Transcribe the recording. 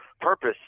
purpose